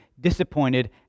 disappointed